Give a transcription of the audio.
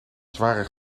zware